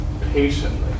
Patiently